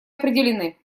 определены